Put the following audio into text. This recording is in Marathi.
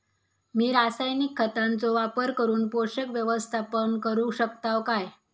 मी रासायनिक खतांचो वापर करून पोषक व्यवस्थापन करू शकताव काय?